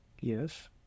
Yes